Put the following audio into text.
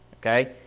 Okay